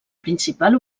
principal